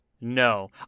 no